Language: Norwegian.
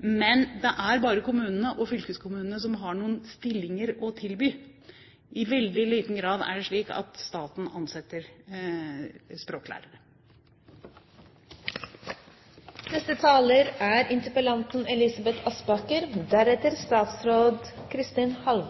Men det er bare kommunene og fylkeskommunene som har noen stillinger å tilby. I veldig liten grad er det slik at staten ansetter språklærere. Jeg synes vel egentlig innlegget fra statsråden var oppløftende. Jeg tror